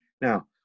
Now